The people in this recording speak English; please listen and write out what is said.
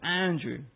Andrew